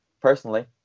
Personally